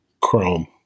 Chrome